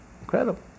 incredible